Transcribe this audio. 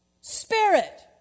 spirit